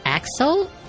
Axel